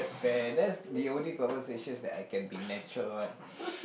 Pat that's the only conversations that I can be natural one